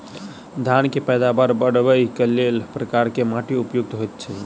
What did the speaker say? धान केँ पैदावार बढ़बई केँ लेल केँ प्रकार केँ माटि उपयुक्त होइत अछि?